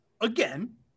again